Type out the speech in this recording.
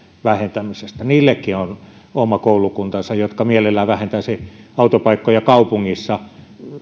vähentämisestä niillekin on oma koulukuntansa joka mielellään vähentäisi autopaikkoja kaupungissa